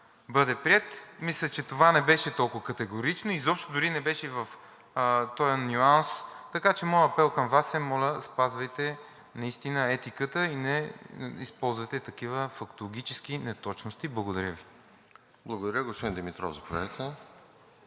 бъде приет. Мисля, че това не беше толкова категорично и изобщо дори не беше в този нюанс. Така че моят апел към Вас е: спазвайте наистина етиката и не използвайте такива фактологически неточности. Благодаря Ви. ПРЕДСЕДАТЕЛ РОСЕН ЖЕЛЯЗКОВ: Благодаря.